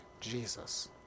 Jesus